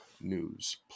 News